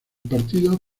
partido